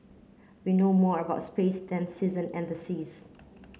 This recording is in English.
we know more about space than season and the seas